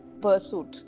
pursuit